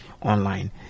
online